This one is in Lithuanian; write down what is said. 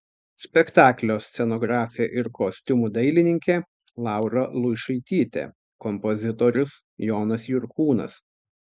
spektaklio scenografė ir kostiumų dailininkė laura luišaitytė kompozitorius jonas jurkūnas